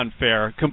unfair